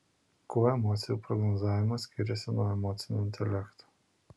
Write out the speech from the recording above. kuo emocijų prognozavimas skiriasi nuo emocinio intelekto